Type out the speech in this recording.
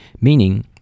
meaning